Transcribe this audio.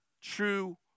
true